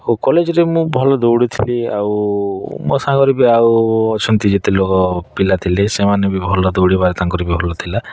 କଲେଜରେ ମୁଁ ଭଲ ଦୌଡ଼ୁଥିଲି ଆଉ ମୋ ସାଙ୍ଗରେ ବି ଆଉ ଅଛନ୍ତି ଯେତେ ଲୋକ ପିଲା ଥିଲେ ସେମାନେ ବି ଭଲ ଦୌଡ଼ିବାରେ ତାଙ୍କର ବି ଭଲ ଥିଲା